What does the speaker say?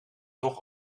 toch